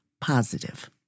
positive